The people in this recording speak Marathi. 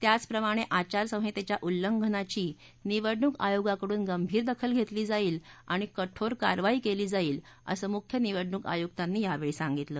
त्याचप्रमाणे आचारसंहितेच्या उल्लंघनाची निवडणूक आयोगाकडून गंभीर दखल घेतली जाईल आणि कठोर कारवाई केली जाईल असं मुख्य निवडणूक आयुक्तांनी यावेळी सांगितलं